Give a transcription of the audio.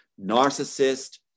narcissist